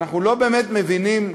ואנחנו לא באמת מבינים,